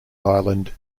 island